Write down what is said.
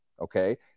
okay